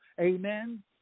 Amen